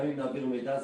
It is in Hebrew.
גם אם נעביר מידע,